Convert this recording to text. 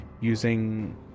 using